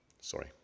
Sorry